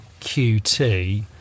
qt